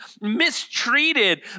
mistreated